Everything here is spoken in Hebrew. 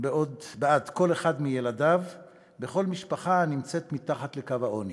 בעד כל אחד מילדיו בכל משפחה הנמצאת מתחת לקו העוני.